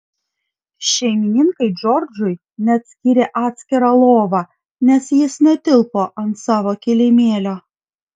šeimininkai džordžui net skyrė atskirą lovą nes jis netilpo ant savo kilimėlio